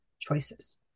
choices